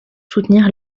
soutenir